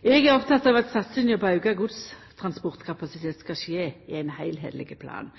Eg er oppteken av at satsinga på auka godstransportkapasitet skal skje i ein heilskapleg plan.